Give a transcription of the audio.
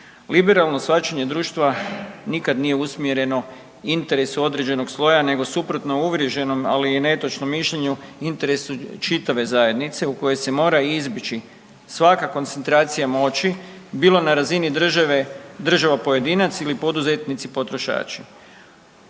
Liberalno shvaćanje društva nikad nije usmjereno interesu određenog sloja nego suprotno uvriježenom, ali i netočnom mišljenju, interesu čitave zajednice, u koje se mora izbjeći svaka koncentracija moći, bilo na razini država-pojedinac ili poduzetnici-potrošači.